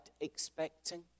expecting